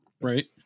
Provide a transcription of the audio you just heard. Right